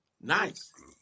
Nice